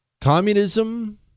Communism